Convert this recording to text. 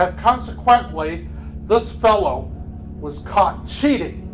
ah consequently this fellow was caught cheating.